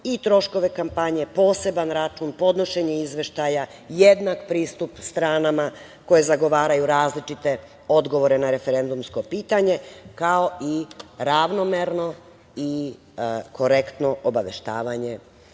i troškove kampanje, poseban račun, podnošenja izveštaja, jednak pristup stranama koje zagovaraju različite odgovore na referendumsko pitanje, kao i ravnomerno i korektno obaveštavanje